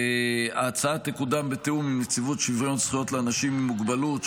ההצעה תקודם בתיאום עם נציבות שוויון זכויות לאנשים עם מוגבלות.